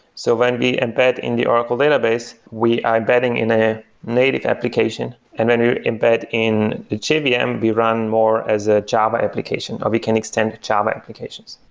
so when we embed in the oracle database, we are embedding in a native application. and when we we embed in the jvm, we and we run more as a java application, or we can extend java applications.